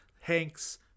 Hanks